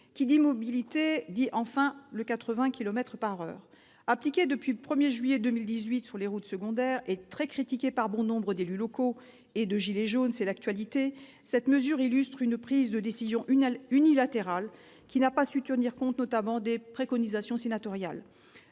Qui dit mobilité dit, enfin, vitesse abaissée à 80 kilomètres par heure. Appliquée depuis le 1 juillet 2018 sur les routes secondaires et très critiquée par bon nombre d'élus locaux et de « gilets jaunes »- c'est l'actualité -, cette mesure illustre une prise de décision unilatérale, qui n'a pas su tenir compte, notamment, des préconisations sénatoriales.